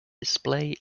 display